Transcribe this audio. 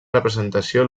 representació